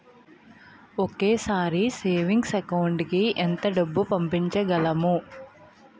ఒకేసారి savings account కి ఎంత డబ్బు పంపించగలము?